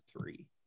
three